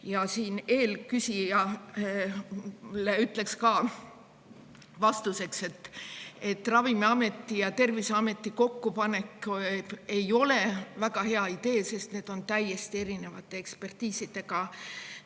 andmeid. Eelküsijale ütleks vastuseks, et Ravimiameti ja Terviseameti kokkupanek ei ole väga hea idee, sest need on täiesti erinevate ekspertiisidega